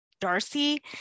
darcy